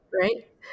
right